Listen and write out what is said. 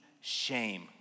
shame